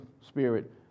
Spirit